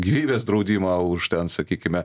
gyvybės draudimą už ten sakykime